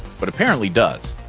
but apparently does.